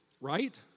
right